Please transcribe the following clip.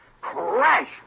Crash